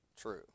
true